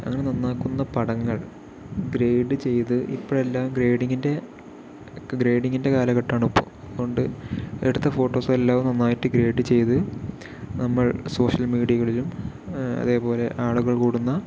അങ്ങനെ നന്നാക്കുന്ന പടങ്ങൾ ഗ്രേഡ് ചെയ്ത് ഇപ്പൊൾ എല്ലാം ഗ്രൈഡിങ്ങിൻ്റെ ഗ്രൈഡിങ്ങിൻ്റെ കാലഘട്ടമാണ് ഇപ്പൊൾ അത്കൊണ്ട് എടുത്ത ഫോട്ടോസെല്ലാം നന്നായിട്ട് ഗ്രേഡ് ചെയ്ത് നമ്മൾ സോഷ്യൽ മീഡിയകളിലും അതേപോലെ ആളുകൾ കൂടുന്ന